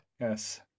Yes